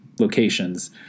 locations